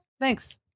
Thanks